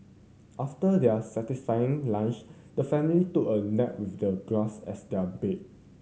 after their satisfying lunch the family took a nap with the grass as their bed